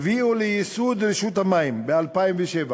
הביאו לייסוד רשות המים ב-2007,